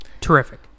terrific